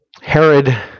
Herod